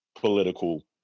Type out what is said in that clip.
political